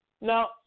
Now